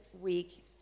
week